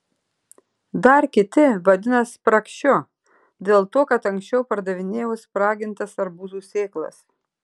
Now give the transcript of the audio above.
dar kiti vadina spragšiu dėl to kad anksčiau pardavinėjau spragintas arbūzų sėklas